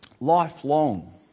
lifelong